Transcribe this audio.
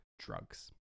drugs